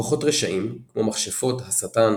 כוחות רשעים כמו מכשפות, השטן,